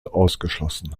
ausgeschlossen